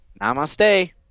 Namaste